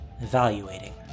evaluating